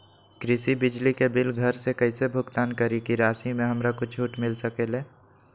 कृषि बिजली के बिल घर से कईसे भुगतान करी की राशि मे हमरा कुछ छूट मिल सकेले?